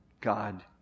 God